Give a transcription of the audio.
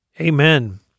Amen